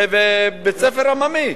בית-ספר עממי.